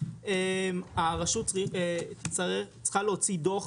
הרשות צריכה להוציא דו"ח,